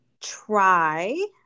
try